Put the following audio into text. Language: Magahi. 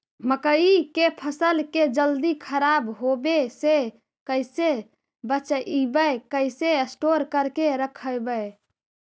मकइ के फ़सल के जल्दी खराब होबे से कैसे बचइबै कैसे स्टोर करके रखबै?